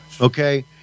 Okay